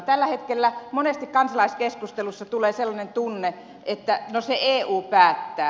tällä hetkellä monesti kansalaiskeskustelussa tulee sellainen tunne että no se eu päättää